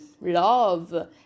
love